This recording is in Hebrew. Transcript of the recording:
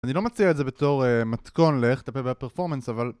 אני לא מציע את זה בתור מתכון לאיך לטפל בפרפורמנס אבל...